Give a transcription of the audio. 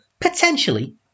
potentially